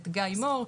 את גיא מור,